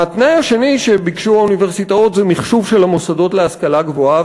התנאי השני שביקשו האוניברסיטאות הוא מחשוב של המוסדות להשכלה גבוהה,